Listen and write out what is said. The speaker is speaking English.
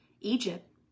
Egypt